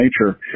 nature